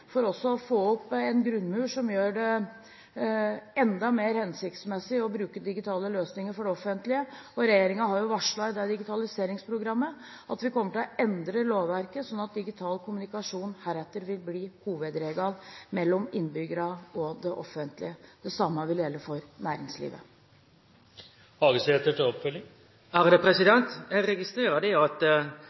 for også å få opp en grunnmur som gjør det enda mer hensiktsmessig å bruke digitale løsninger for det offentlige, og regjeringen har jo varslet i digitaliseringsprogrammet at vi kommer til å endre lovverket, slik at digital kommunikasjon heretter vil bli hovedregelen mellom innbyggerne og det offentlige. Det samme vil gjelde for næringslivet. Eg registrerer at regjeringa føretek undersøkingar, eg registrerer at ein har eit digitaliseringsprogram, og at